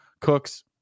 cooks